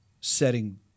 setting